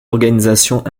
organisations